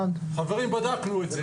חברים, בדקנו את זה.